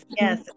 yes